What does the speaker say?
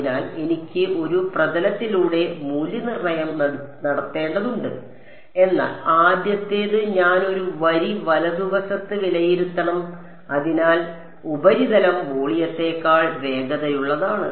അതിനാൽ എനിക്ക് ഒരു പ്രതലത്തിലൂടെ മൂല്യനിർണ്ണയം നടത്തേണ്ടതുണ്ട് എന്നാൽ ആദ്യത്തേത് ഞാൻ ഒരു വരി വലതുവശത്ത് വിലയിരുത്തണം അതിനാൽ ഉപരിതലം വോളിയത്തേക്കാൾ വേഗതയുള്ളതാണ്